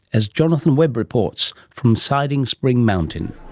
as jonathan webb reports from siding spring mountain.